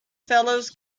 fellows